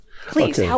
please